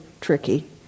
tricky